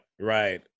right